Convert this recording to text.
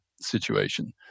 situation